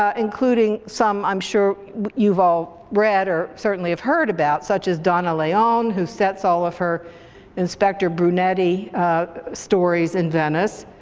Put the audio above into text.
ah including some i'm sure you've all read or certainly have heard about, such as donna leon, who sets all of her inspector brunetti stories in venice.